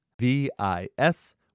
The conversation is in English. V-I-S